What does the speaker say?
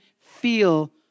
feel